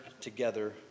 together